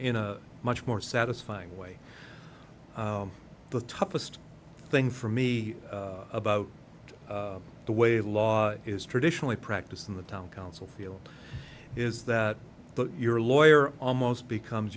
in a much more satisfying way the toughest thing for me about the way law is traditionally practiced in the town council field is that your lawyer almost becomes